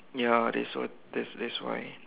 ya they so that's that's why